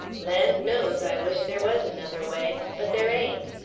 land knows, i wish there was another way. but there ain't.